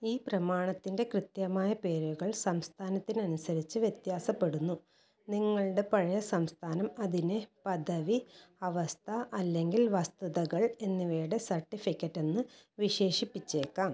ഈ പ്രമാണത്തിൻ്റെ കൃത്യമായ പേരുകൾ സംസ്ഥാനത്തിനനുസരിച്ച് വ്യത്യാസപ്പെടുന്നു നിങ്ങളുടെ പഴയ സംസ്ഥാനം അതിനെ പദവി അവസ്ഥ അല്ലെങ്കിൽ വസ്തുതകൾ എന്നിവയുടെ സർട്ടിഫിക്കറ്റ് എന്ന് വിശേഷിപ്പിച്ചേക്കാം